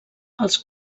els